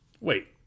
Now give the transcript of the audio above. Wait